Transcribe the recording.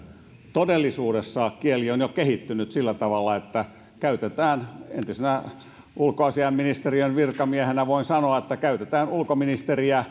todellisuudessa kieli on jo kehittynyt sillä tavalla että käytetään entisenä ulkoasiainministeriön virkamiehenä voin sanoa ulkoministeriä